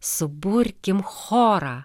suburkim chorą